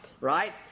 right